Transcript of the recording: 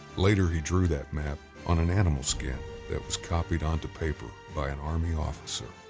later he drew that map on an animal skin that was copied onto paper by an army officer.